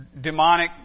demonic